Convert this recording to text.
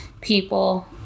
people